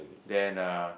then uh